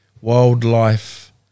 wildlife